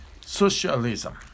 socialism